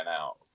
out